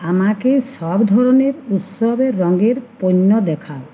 আমাকে সব ধরনের উৎসবের রঙের পণ্য দেখা